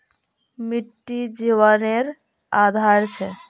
मिटटी जिवानेर आधार छे